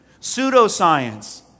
pseudoscience